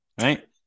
Right